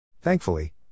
Thankfully